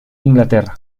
inglaterra